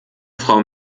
frau